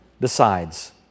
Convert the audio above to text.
decides